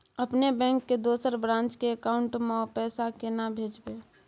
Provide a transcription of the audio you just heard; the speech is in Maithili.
अपने बैंक के दोसर ब्रांच के अकाउंट म पैसा केना भेजबै?